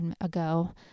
ago